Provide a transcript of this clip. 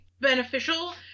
beneficial